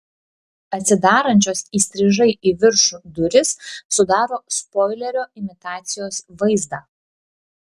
atsidarančios įstrižai į viršų durys sudaro spoilerio imitacijos vaizdą